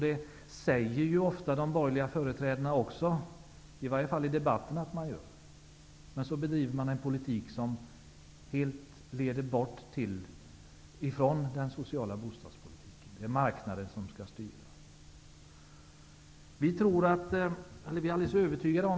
Det säger ofta de borgerliga företrädarna också att de gör, i varje fall i debatten. Men man bedriver en politik som helt leder bort från den sociala bostadspolitiken. Det är marknaden som skall styra.